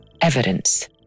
evidence